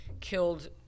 killed